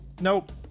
Nope